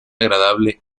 agradable